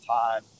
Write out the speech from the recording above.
time